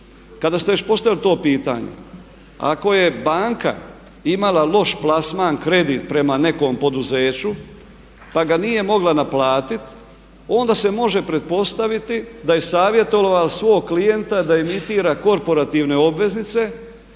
Kada ste već postavili to pitanje ako je banka imala loš plasman kredit prema nekom poduzeću, pa ga nije mogla naplatit onda se može pretpostaviti da je savjetovala svog klijenta da imitira korporativne obveznice